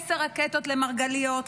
עשר רקטות למרגליות,